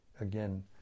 again